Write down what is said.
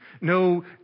no